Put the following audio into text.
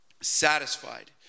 Satisfied